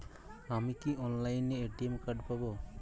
আমি কি অনলাইনে এ.টি.এম কার্ড পাব?